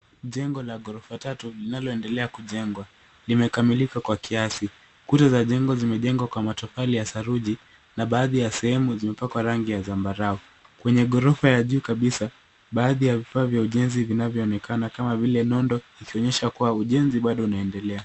Jengo la ghorofa tatu linaloendelea kujengwa. Limekamilika kwa kiasi. Kuta za jengo zimejengwa kwa matofali ya saruji na baadhi ya sehemu zimepakwa rangi ya zambarau. Kwenye ghorofa ya juu kabisa, baadhi ya vifaa vya ujenzi vinavyoonekana kama vile nondo, ikionyesha kuwa ujenzi bado unaendelea.